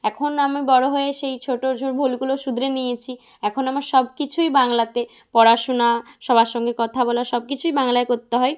এখন আমি বড় হয়ে সেই ছোটো ছো ভুলগুলো শুধরে নিয়েছি এখন আমার সব কিছুই বাংলাতে পড়াশুনা সবার সঙ্গে কথা বলা সব কিছুই বাংলায় করতে হয়